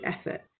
effort